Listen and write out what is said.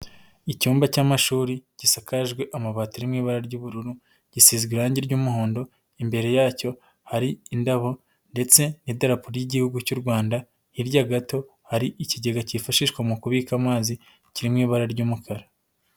Icyumba cy'amashuri gisakaje amabati ari mu ibara ry'ubururu, gisize irangi ry'umuhondo, imbere yacyo hari indabo ndetse n'idarapo ry'Igihugu cy'u Rwanda, hirya gato hari ikigega cyifashishwa mu kubika amazi kiri mu ibara ry'umukara.